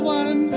one